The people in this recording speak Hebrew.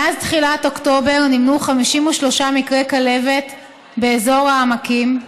מאז תחילת אוקטובר נמנו 53 מקרי כלבת באזור העמקים,